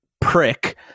prick